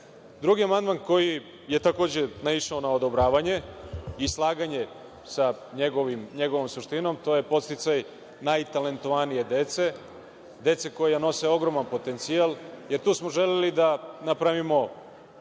amandman koji je takođe naišao na odobravanje i slaganje sa njegovom suštinom, to je podsticaj najtalentovanije dece, dece koja nose ogroman potencijal, jer tu smo želeli da napravimo